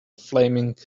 flaming